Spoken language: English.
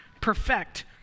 perfect